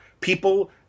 people